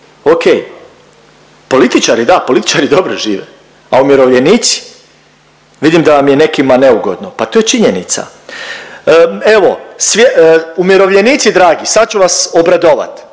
ok. Političari da, političari dobro žive, a umirovljenici, vidim da vam je nekima neugodno, pa to je činjenica. Evo, umirovljenici dragi sad ću vas obradovati,